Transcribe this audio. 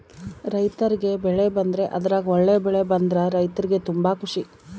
ರೈರ್ತಿಗೆ ಬೆಳೆ ಬಂದ್ರೆ ಅದ್ರಗ ಒಳ್ಳೆ ಬೆಳೆ ಬಂದ್ರ ರೈರ್ತಿಗೆ ತುಂಬಾ ಖುಷಿ